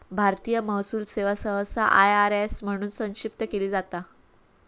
भारतीय महसूल सेवा सहसा आय.आर.एस म्हणून संक्षिप्त केली जाता